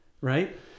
right